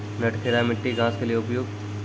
नटखेरा मिट्टी घास के लिए उपयुक्त?